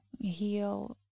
heal